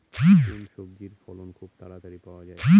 কোন সবজির ফলন খুব তাড়াতাড়ি পাওয়া যায়?